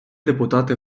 депутати